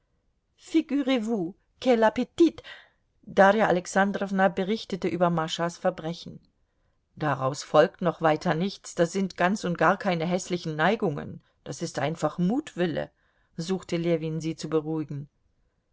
darja alexandrowna berichtete über maschas verbrechen daraus folgt noch weiter nichts das sind ganz und gar keine häßlichen neigungen das ist einfach mutwille suchte ljewin sie zu beruhigen